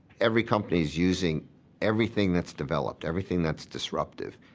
every company's using everything that's developed, everything that's disruptive,